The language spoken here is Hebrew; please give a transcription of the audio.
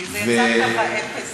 כי זה יצא ככה, עפעס,